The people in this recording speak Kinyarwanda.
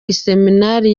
iseminari